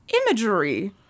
imagery